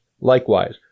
Likewise